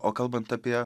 o kalbant apie